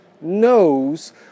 knows